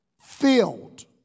filled